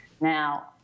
Now